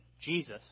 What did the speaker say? Jesus